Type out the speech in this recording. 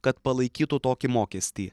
kad palaikytų tokį mokestį